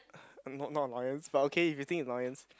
not not annoyance but okay if you think is annoyance